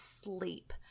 sleep